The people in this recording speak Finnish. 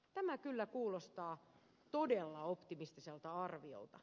tämä kyllä kuulostaa todella optimistiselta arviolta